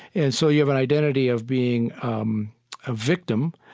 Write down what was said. and so you have an identity of being um a victim,